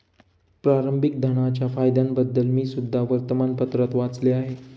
प्रारंभिक धनाच्या फायद्यांबद्दल मी सुद्धा वर्तमानपत्रात वाचले आहे